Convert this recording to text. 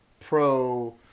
pro